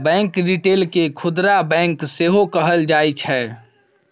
bank retail केँ खुदरा bank सेहो कहल जाइ छै